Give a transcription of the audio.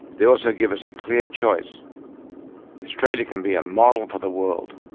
they also give us a clear choice australia can be a model for the world,